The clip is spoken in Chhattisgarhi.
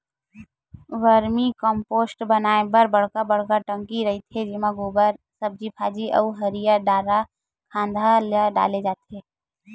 वरमी कम्पोस्ट बनाए बर बड़का बड़का टंकी रहिथे जेमा गोबर, सब्जी भाजी अउ हरियर डारा खांधा ल डाले जाथे